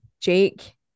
Jake